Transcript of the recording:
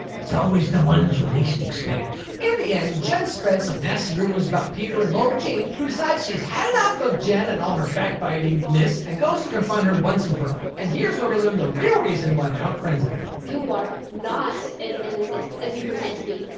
it's always the ones you least expect. in the end, gen spreads some nasty rumors about peter and lara jean who decides she's had enough of jen and all her backbiting. ness and goes to confront her once and for all. and here's where we learn the real reason why they aren't friends anymore. gen you are not as innocent as you pretend to be.